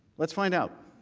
let's find out.